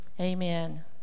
amen